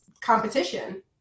competition